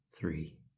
three